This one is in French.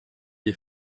des